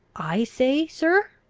i say, sir?